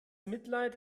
mitleid